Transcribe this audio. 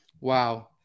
wow